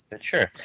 Sure